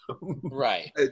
Right